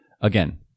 Again